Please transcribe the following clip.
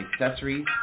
accessories